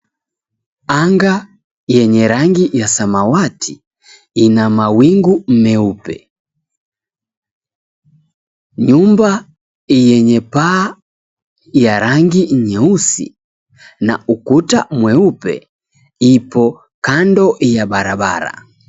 Anga yenye rangi ya samawati ina mawingu meupe. Nyumba yenye paa ya rangi nyeusi na ukuta mweupe ipo kando ya barabara.